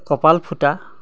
কপাল ফুটা